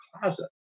closet